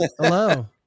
hello